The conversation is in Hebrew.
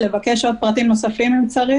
לבקש פרטים נוספים אם צריך